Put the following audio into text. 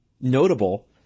notable